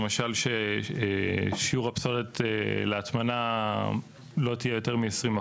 למשל, ששיעור הפסולת להטמנה לא יהיה יותר מ-20%.